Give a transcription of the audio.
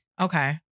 Okay